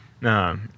No